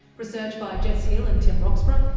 research by jess hill and tim roxburgh,